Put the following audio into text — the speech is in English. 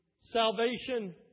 salvation